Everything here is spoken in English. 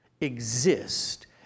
exist